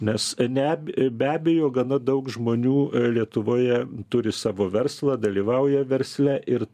nes ne be abejo gana daug žmonių lietuvoje turi savo verslą dalyvauja versle ir